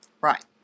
Right